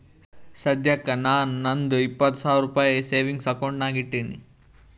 ಸದ್ಯಕ್ಕ ನಾ ನಂದು ಇಪ್ಪತ್ ಸಾವಿರ ರುಪಾಯಿ ಸೇವಿಂಗ್ಸ್ ಅಕೌಂಟ್ ನಾಗ್ ಇಟ್ಟೀನಿ